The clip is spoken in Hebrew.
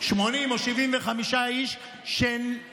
80 או 75 איש שממונים.